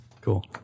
Cool